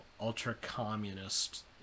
ultra-communist